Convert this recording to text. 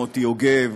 מוטי יוגב,